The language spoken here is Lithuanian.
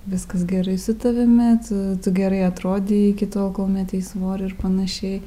viskas gerai su tavimi tu tu gerai atrodei iki tol kol metei svorį ir panašiai